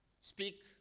speak